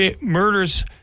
Murders